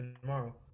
tomorrow